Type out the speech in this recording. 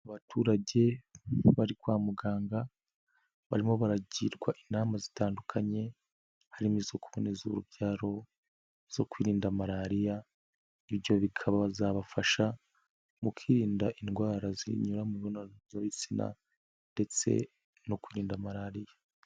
Abaturage bari kwa muganga barimo baragirwa inama zitandukanye harimo izo kuboneza urubyaro zo kwirinda malariya ibyo bikazabafasha mu kwirinda indwara zinyura mu mibonano mpuzabitsina ndetse no kurinda malariya.